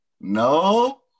No